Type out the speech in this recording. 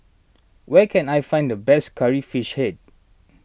where can I find the best Curry Fish Head